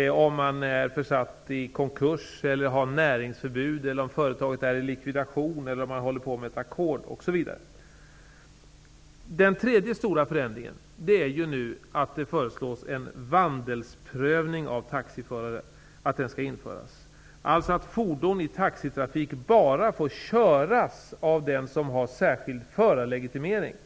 tillståndshavaren är försatt i konkurs eller har näringsförbud, om företaget har trätt i likvidation eller håller på med ett ackord osv. Den tredje stora förändringen är att det föreslås att en vandelsprövning av taxiförare skall införas. Fordon i taxitrafik skulle då bara få köras av den som har särskild förarlegitimering.